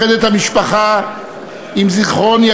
שהוא יום מקודש בהתייחדות עם הנופלים כמו